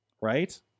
right